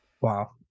wow